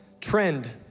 trend